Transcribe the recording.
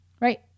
right